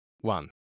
one